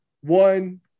One